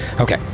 Okay